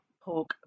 pork